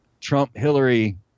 Trump-Hillary